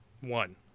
One